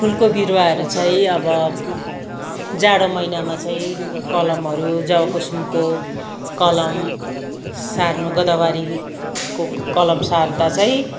फुलको बिरुवाहरू चाहिँ अब जाडो महिनामा चाहिँ कलमहरू जवाकुसुमको कलम सार्नु गोदावरीको कलम सार्दा चाहिँ